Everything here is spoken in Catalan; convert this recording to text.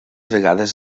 vegades